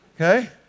Okay